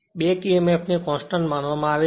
back Emf ને constant માનવામાં આવે છે